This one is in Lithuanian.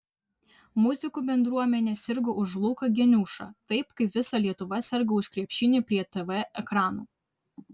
muzikų bendruomenė sirgo už luką geniušą taip kaip visa lietuva serga už krepšinį prie tv ekranų